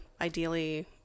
Ideally